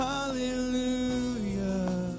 Hallelujah